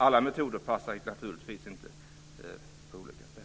Alla metoder passar naturligtvis inte på alla ställen.